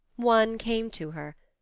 one came to her.